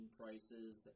prices